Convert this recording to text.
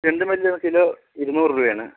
ചെണ്ടുമല്ലി കിലോ ഇരുന്നൂറ് രൂപയാണ്